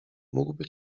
mógłby